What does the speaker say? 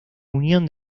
unión